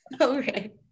Okay